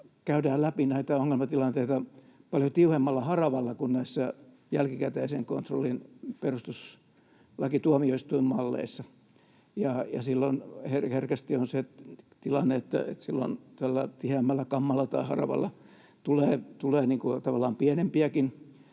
käydään läpi näitä ongelmatilanteita paljon tiuhemmalla haravalla kuin näissä jälkikäteisen kontrollin perustuslakituomioistuinmalleissa, ja silloin herkästi on se tilanne, että silloin todella tiheämmällä kammalla tai haravalla tulee tavallaan pienempiäkin